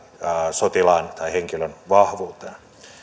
sotilaan tai henkilön vahvuuteen